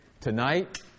tonight